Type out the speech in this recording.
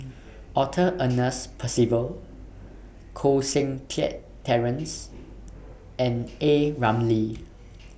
Arthur Ernest Percival Koh Seng Kiat Terence and A Ramli